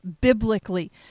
biblically